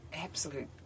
absolute